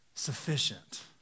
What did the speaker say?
sufficient